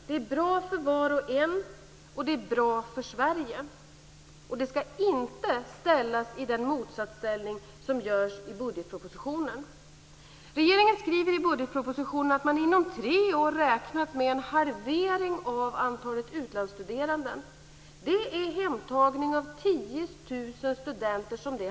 Det är bra för var och en, och det är bra för Sverige. Det skall inte ställas i motsatsställning till något annat, vilket man gör i budgetpropositionen. Regeringen skriver i budgetpropositionen att man inom tre år räknar med en halvering av antalet utlandsstuderande. Det handlar om hemtagning av 10 000 studenter.